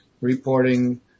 reporting